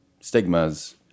stigmas